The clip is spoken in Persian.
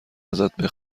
ازت